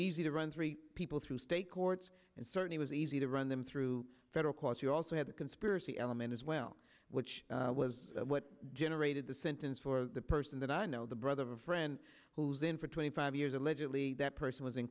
easy to run three people through state courts and certainly was easy to run them through federal court you also had a conspiracy element as well which was what generated the sentence for the person that i know the brother of a friend who's in for twenty five years allegedly that person was in